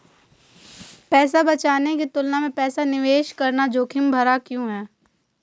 पैसा बचाने की तुलना में पैसा निवेश करना जोखिम भरा क्यों है?